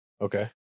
okay